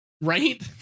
right